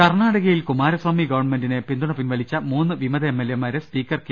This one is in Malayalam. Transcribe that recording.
കർണാടകയിൽ കുമാരസ്വാമി ഗവൺമെന്റിന് പിന്തുണ പിൻവ ലിച്ച മൂന്ന് വിമത എംഎൽഎമാരെ സ്പീക്കർ കെ